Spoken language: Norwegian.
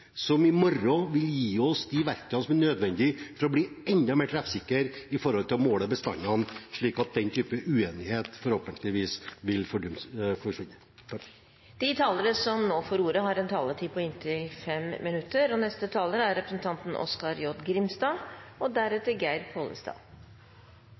som i morgen vil gi oss de verktøyene som er nødvendig for å bli enda mer treffsikker når det gjelder å måle bestandene, slik at den typen uenighet forhåpentligvis vil forsvinne. Problemstillinga som representanten Trellevik tar opp i denne interpellasjonen, er tidvis ein gjengangar mellom forvaltningsmiljøa og yrkesutøvarane innanfor fiskeriet, og relativt høgrøysta diskusjonar er